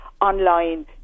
online